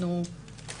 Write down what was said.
אנחנו,